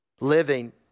living